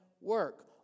work